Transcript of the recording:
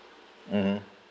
mmhmm